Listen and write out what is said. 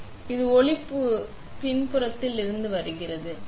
எனவே இப்போது ஒளி பின்புறத்தில் இருந்து வருகிறது